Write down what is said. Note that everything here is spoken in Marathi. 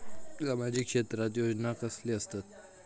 सामाजिक क्षेत्रात योजना कसले असतत?